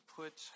put